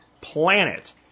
planet